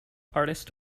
artist